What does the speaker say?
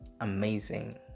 amazing